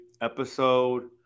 episode